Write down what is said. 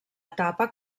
etapa